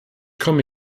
komme